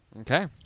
Okay